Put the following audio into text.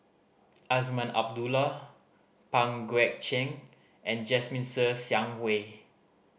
Azman Abdullah Pang Guek Cheng and Jasmine Ser Xiang Wei